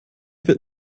wird